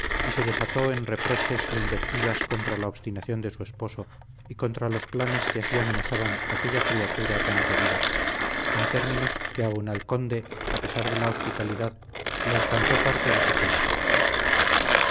y se desató en reproches e invectivas contra la obstinación de su esposo y contra los planes que así amenazaban aquella criatura tan querida en términos que aun al conde a pesar de la hospitalidad le alcanzó parte de su cólera